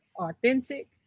authentic